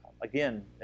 Again